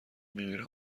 میمیرم